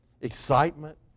excitement